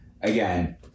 again